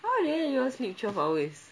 how they hell you all sleep twelve hours